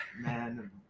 man